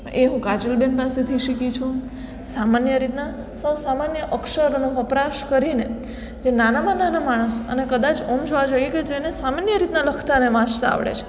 એ હું કાજોલ બેન પાસેથી હું શીખી છું સામાન્ય રીતના ફો સામાન્ય અક્ષરોનો વપરાશ કરીને જે નાનામાં નાના માણસ અને કદાચ ઑમ જોવા જઈએ કે જેને સામાન્ય રીતના લખતા ને વાંચતાં આવડે છે